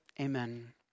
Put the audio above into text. amen